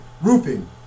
roofing